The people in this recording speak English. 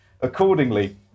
Accordingly